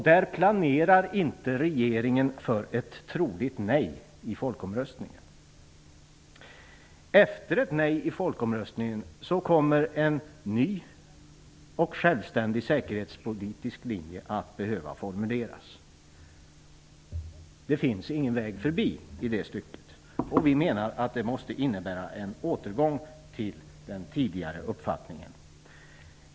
Där planerar inte regeringen för ett troligt nej i folkomröstningen. Efter ett nej i folkomröstningen kommer en ny och självständig säkerhetspolitisk linje att behöva formuleras. Det finns ingen väg förbi detta. Vi menar att det måste innebära en återgång till den tidigare uppfattningen.